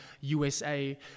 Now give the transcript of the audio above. USA